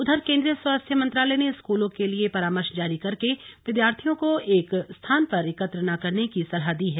उधर केन्द्रीय स्वास्थ्य मंत्रालय ने स्कूलों के लिए परामर्श जारी करके विद्यार्थियों को एक स्थान पर एकत्र न करने की सलाह दी है